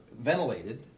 ventilated